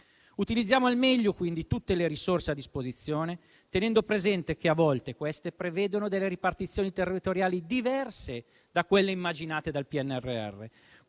Utilizziamo al meglio, quindi, tutte le risorse a disposizione, tenendo presente che a volte queste prevedono ripartizioni territoriali diverse da quelle immaginate dal PNRR,